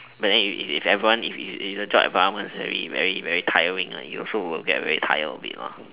but then you you if everyone if if if the job environment is very very very tiring you also will get very tired of it